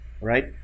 right